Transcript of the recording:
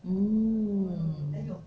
mm